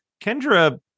Kendra